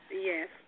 Yes